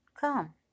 Come